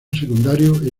secundario